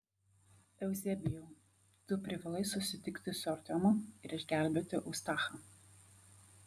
euzebijau tu privalai susitikti su artiomu ir išgelbėti eustachą